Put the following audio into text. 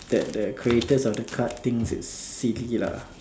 that the creators of the card thinks it's silly lah